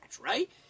right